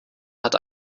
hat